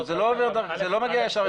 זה לא מגיע ישר אליך.